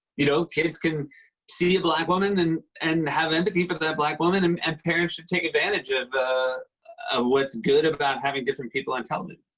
you know, kids can see a black woman and and have empathy for that black woman, and and parents should take advantage of ah of what's good about having different people on television.